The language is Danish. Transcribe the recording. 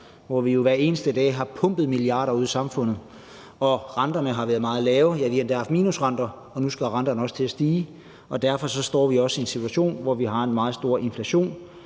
at vi hver eneste dag har pumpet milliarder ud i samfundet. Renterne har været meget lave, ja, vi har endda haft minusrenter, men nu skal renterne til at stige, og derfor står vi også i en situation med en meget stor inflation.